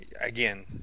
again